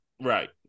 Right